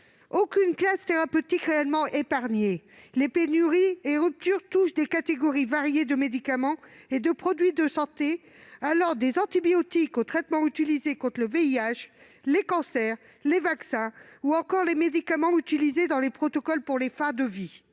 Aucune classe thérapeutique n'est réellement épargnée. Les pénuries et ruptures touchent des catégories variées de médicaments et de produits de santé : des antibiotiques aux traitements utilisés contre le VIH, les cancers, les vaccins ou encore les médicaments utilisés dans les protocoles de fin de vie.